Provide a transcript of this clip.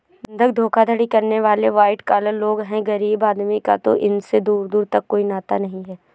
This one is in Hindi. बंधक धोखाधड़ी करने वाले वाइट कॉलर लोग हैं गरीब आदमी का तो इनसे दूर दूर का कोई नाता नहीं है